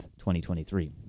2023